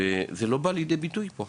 אבל זה לא מה שבא לידי ביטוי פה.